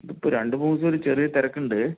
ഇപ്പം രണ്ട് മൂന്നൂ ദിവസം ഒര് ചെറിയ തിരക്കുണ്ട്